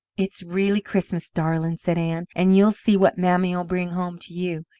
it's really christmas, darlin', said ann, and you'll see what mammy'll bring home to you,